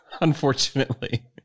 Unfortunately